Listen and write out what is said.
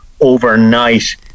overnight